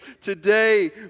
Today